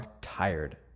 tired